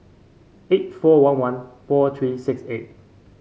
eight four one one four three six eight